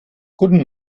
guten